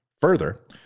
Further